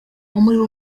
umuriro